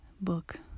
book